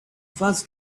first